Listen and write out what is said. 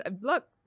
look